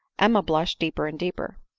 emma blushed deeper and deeper.